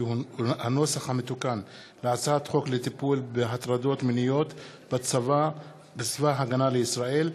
כי הנוסח המתוקן להצעת חוק לטיפול בהטרדות מיניות בצבא ההגנה לישראל,